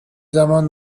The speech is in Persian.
زمان